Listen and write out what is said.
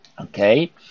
okay